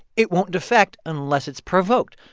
it won't defect unless it's provoked.